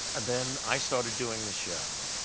and then i started doing the show.